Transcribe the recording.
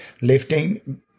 lifting